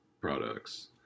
Products